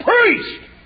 priest